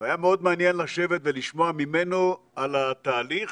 והיה מאוד מעניין לשבת ולשמוע ממנו על התהליך.